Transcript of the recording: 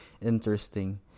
interesting